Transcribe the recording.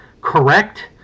correct